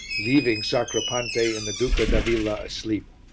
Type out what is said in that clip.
leaving sacripante and the duca d'avilla asleep.